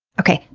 okay,